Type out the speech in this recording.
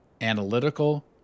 analytical